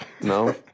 No